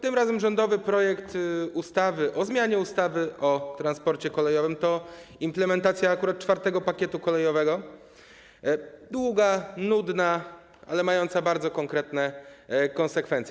Tym razem rządowy projekt ustawy o zmianie ustawy o transporcie kolejowym to implementacja IV pakietu kolejowego: długa, nudna, ale mająca bardzo konkretne konsekwencje.